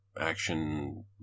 action